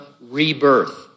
rebirth